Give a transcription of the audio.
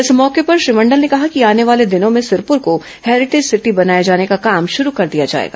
इस मौके पर श्री मंडल ने कहा कि आने वाले दिनों में सिरपुर को हेरिटेज सिटी बनाए जाने का काम शुरू कर दिया जाएगा